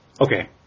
Okay